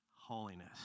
holiness